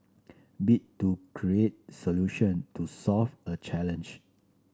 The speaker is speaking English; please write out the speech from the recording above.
bit to create solution to solve a challenge